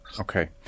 okay